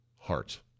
heart